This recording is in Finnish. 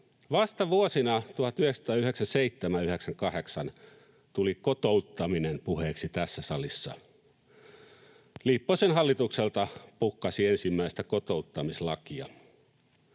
Vasta vuosina 1997 ja 1998 tuli kotouttaminen puheeksi tässä salissa. Lipposen hallitukselta pukkasi ensimmäistä kotouttamislakia.